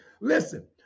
listen